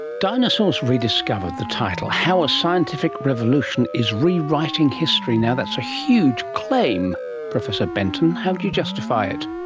dinosaurs rediscovered, the title, how a scientific revolution is rewriting history. now, that's a huge claim, professor benton, how do you justify it?